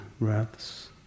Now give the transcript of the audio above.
breaths